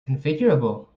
configurable